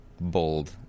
bold